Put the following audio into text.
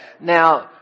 now